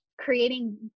creating